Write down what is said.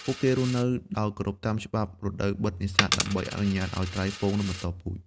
ពួកគេរស់នៅដោយគោរពតាមច្បាប់ រដូវបិទនេសាទ ដើម្បីអនុញ្ញាតឱ្យត្រីពងនិងបន្តពូជ។